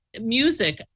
Music